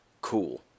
cool